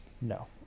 No